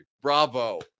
Bravo